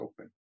open